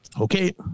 okay